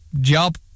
job